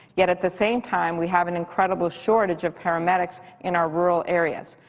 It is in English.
yet at the same time we have an incredible shortage of paramedics in our rural areas.